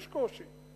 יש קושי.